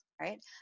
right